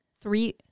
three